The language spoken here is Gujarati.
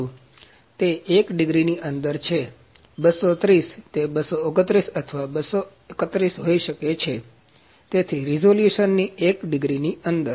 તેથી તે 1 ડિગ્રી ની અંદર છે 230 તે 229 અથવા 231 હોઈ શકે છે તેથી રિઝોલ્યુશનની 1 ડિગ્રીની અંદર